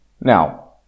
Now